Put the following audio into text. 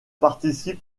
participe